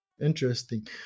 Interesting